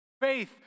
Faith